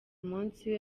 munsi